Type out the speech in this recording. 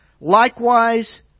Likewise